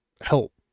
help